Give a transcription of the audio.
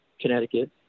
Connecticut